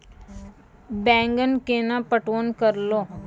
बैंगन केना पटवन करऽ लो?